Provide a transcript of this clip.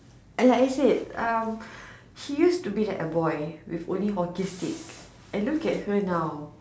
like I said uh she used to be like a boy with only hockey stick and look at her now